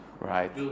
Right